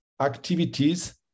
activities